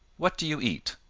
what do you eat?